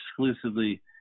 exclusively